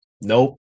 Nope